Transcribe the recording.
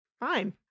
fine